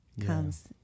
comes